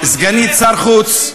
סגנית שר החוץ,